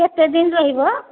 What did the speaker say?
କେତେଦିନ ରହିବ